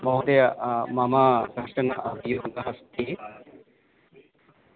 महोदय मम कश्चन अभियोगः अस्ति